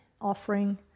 offering